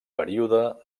període